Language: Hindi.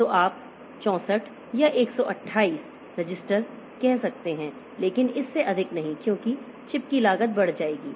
तो आप 64 या 128 रजिस्टर कह सकते हैं लेकिन इससे अधिक नहीं क्योंकि चिप की लागत बढ़ जाएगी